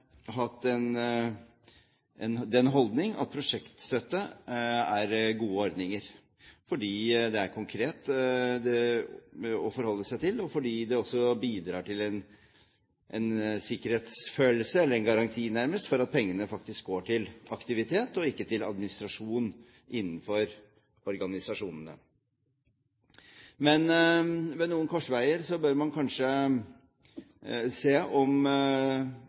hatt den holdning at prosjektstøtte er en god ordning, fordi det er konkret å forholde seg til, og fordi det også bidrar til en sikkerhetsfølelse eller nærmest en garanti for at pengene faktisk går til aktivitet og ikke til administrasjon innenfor organisasjonene. Men ved noen korsveier bør man kanskje se om